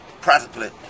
practically